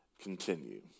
continue